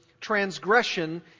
transgression